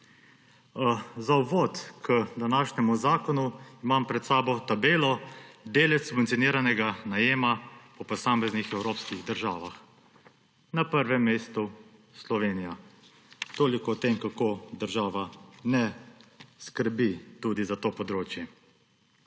Za uvod k današnjemu zakonu imam pred sabo tabelo Delež subvencioniranega najema po posameznih evropskih državah. Na prvem mestu Slovenija. Toliko o tem, kako država ne skrbi tudi za to področje.